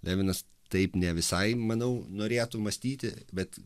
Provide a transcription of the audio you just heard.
levinas taip ne visai manau norėtų mąstyti bet